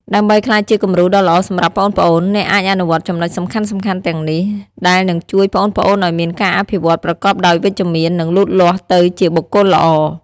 ដើម្បីក្លាយជាគំរូដ៏ល្អសម្រាប់ប្អូនៗ អ្នកអាចអនុវត្តចំណុចសំខាន់ៗទាំងនេះ ដែលនឹងជួយប្អូនៗឱ្យមានការអភិវឌ្ឍប្រកបដោយវិជ្ជមាន និងលូតលាស់ទៅជាបុគ្គលល្អ ។